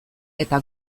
eta